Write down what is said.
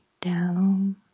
down